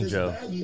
Joe